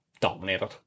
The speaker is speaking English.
dominated